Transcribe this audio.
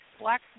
Black